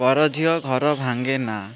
ପର ଝିଅ ଘର ଭାଙ୍ଗେନା